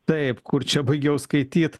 taip kur čia baigiau skaityt